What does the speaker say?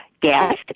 guest